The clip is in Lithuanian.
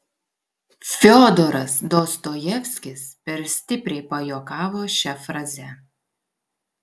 fiodoras dostojevskis per stipriai pajuokavo šia fraze